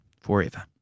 forever